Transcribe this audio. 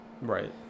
Right